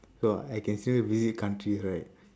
so I can still visit countries right